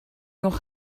nog